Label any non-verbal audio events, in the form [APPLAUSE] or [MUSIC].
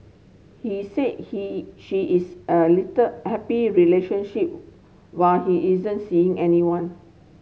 he said he she is a little happy relationship [NOISE] while he isn't seeing anyone